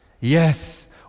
yes